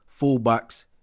fullbacks